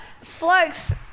Flux